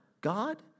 God